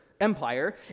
Empire